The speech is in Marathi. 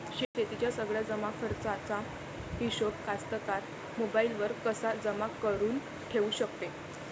शेतीच्या सगळ्या जमाखर्चाचा हिशोब कास्तकार मोबाईलवर कसा जमा करुन ठेऊ शकते?